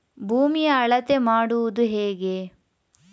ಭೂಮಿಯ ಅಳತೆ ಮಾಡುವುದು ಹೇಗೆ?